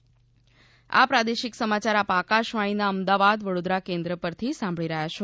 corona સંદેશ આ પ્રાદેશિક સમાચાર આપ આકશવાણીના અમદાવાદ વડોદરા કેન્દ્ર પરથી સાંભળી રહ્યા છે